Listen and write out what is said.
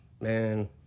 man